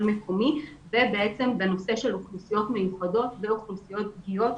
מקומי ובעצם בנושא של אוכלוסיות מיוחדות ואוכלוסיות פגיעות,